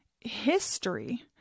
history